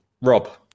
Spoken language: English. Rob